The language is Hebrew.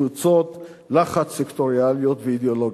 וקבוצות לחץ סקטוריאליות ואידיאולוגיות.